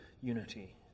unity